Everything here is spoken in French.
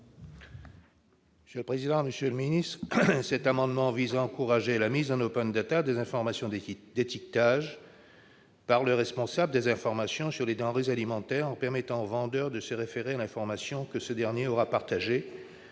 présenter l'amendement n° 147 rectifié. Cet amendement vise à encourager la mise en des informations d'étiquetage par le responsable des informations sur les denrées alimentaires, en permettant aux vendeurs de se référer à l'information que ce dernier aura partagée